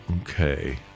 Okay